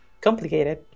Complicated